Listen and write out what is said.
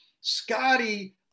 Scotty